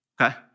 Okay